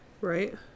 Right